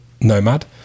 nomad